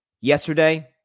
Yesterday